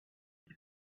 they